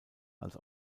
als